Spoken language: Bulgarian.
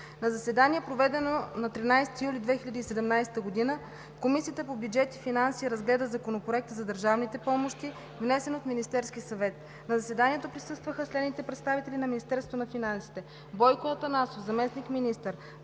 На заседание, проведено на 13 юли 2017 г., Комисията по бюджет и финанси разгледа Законопроекта за държавните помощи, внесен от Министерския съвет. На заседанието присъстваха следните представители на Министерството на финансите: Бойко Атанасов – заместник-министър,